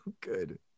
good